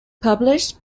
published